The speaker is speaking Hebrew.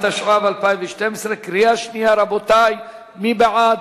התשע"ב 2012, קריאה שנייה, רבותי, מי בעד?